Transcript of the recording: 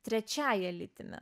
trečiąja lytimi